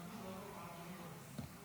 מאז שמחת תורה הכול השתנה פה בהמון דברים.